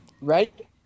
Right